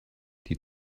die